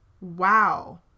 wow